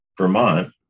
Vermont